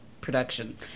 production